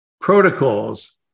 protocols